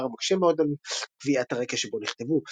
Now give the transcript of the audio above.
דבר המקשה מאוד על קביעת הרקע שבו נכתבו.